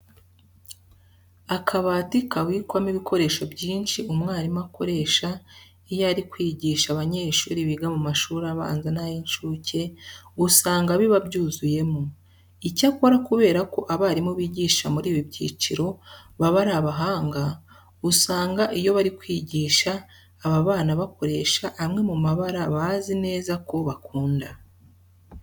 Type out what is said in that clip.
Akabati kabikwamo ibikoresho byinshi umwarimu akoresha iyo ari kwigisha abanyeshuri biga mu mashuri abanza n'ay'incuke, usanga biba byuzuyemo. Icyakora kubera ko abarimu bigisha muri ibi byiciro baba ari abahanga, usanga iyo bari kwigisha aba bana bakoresha amwe mu mabara bazi neza ko bakunda.